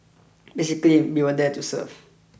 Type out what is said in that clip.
basically we were there to serve